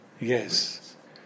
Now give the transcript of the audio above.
Yes